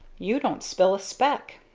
you don't spill a speck!